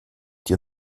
dir